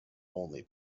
only